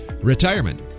Retirement